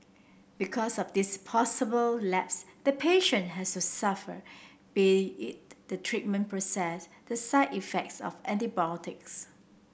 because of this possible lapse the patient has to suffer be it the treatment process the side effects of antibiotics